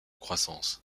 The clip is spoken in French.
croissance